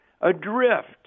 Adrift